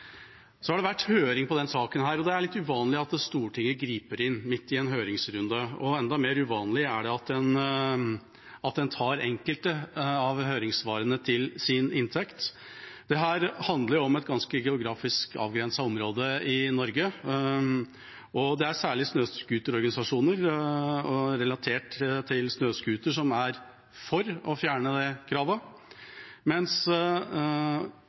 Så har det vært høring i denne saken. Det er litt uvanlig at Stortinget griper inn midt i en høringsrunde, og enda mer uvanlig er det at en tar enkelte av høringssvarene til inntekt for seg. Dette handler om et ganske geografisk avgrenset område i Norge, og det er særlig snøscooterorganisasjoner e.l. relatert til snøscooter som er for å fjerne de kravene, mens